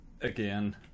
again